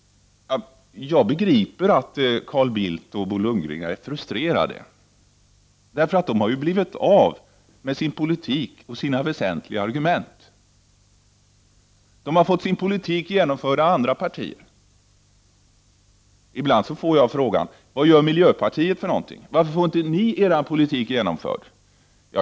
Jag begriper att Carl Bildt och Bo Lundgren är frustrerade. De har blivit av med sin politik och sina väsentliga argument. De har fått sin politik genomförd av andra partier. Ibland får jag frågan: Vad gör miljöpartiet? Varför får inte ni er politik genomförd?